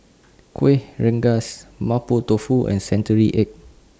Kuih Rengas Mapo Tofu and Century Egg